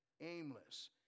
aimless